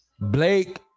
Blake